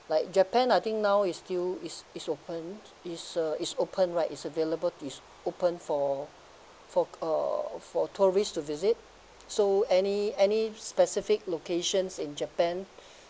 like japan I think now is still is it's open is uh is open right is available is open for for uh for tourist to visit so any any specific locations in japan